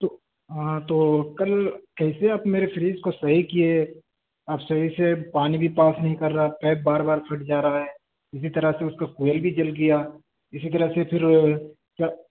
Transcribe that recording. تو ہاں تو کل کیسے آپ میرے فریج کو صحیح کیے اب صحیح سے پانی بھی پاس نہیں کر رہا پیپ بار بار پھٹ جا رہا ہے اسی طرح سے اس کا کوئل بھی جل گیا اسی طرح سے پھر کیا